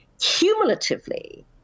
Cumulatively